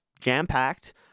jam-packed